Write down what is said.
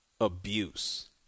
Abuse